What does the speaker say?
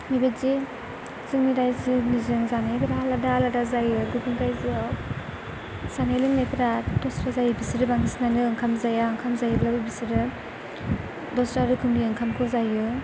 बेबायदि जोंनि रायजोनिजों जानायफोरा आलादा आलादा जायो गुबुन रायजोआव जानाय लोंनायफोरा दस्राबो जायो बिसोरो बांसिनानो ओंखाम जाया ओंखाम जायोब्लाबो बिसोरो दस्रा रोखोमनि ओंखामखौ जायो